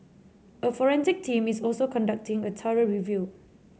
a forensic team is also conducting a thorough review